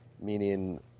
meaning